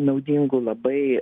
naudingų labai